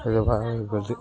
பாடுபட்டு